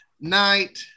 night